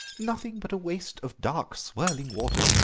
nothing but a waste of dark, swirling waters.